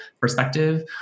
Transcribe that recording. perspective